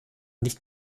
nicht